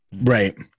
Right